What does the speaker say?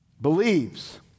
believes